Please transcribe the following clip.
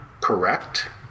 correct